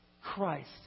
Christ